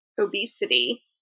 obesity